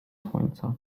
słońca